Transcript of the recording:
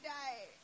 die